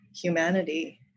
humanity